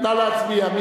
נא להצביע.